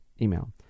email